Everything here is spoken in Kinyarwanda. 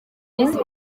miss